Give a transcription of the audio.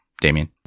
Damien